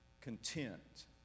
content